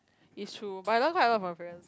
is true but I don't tie a lot my friends